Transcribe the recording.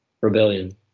rebellion